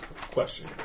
Question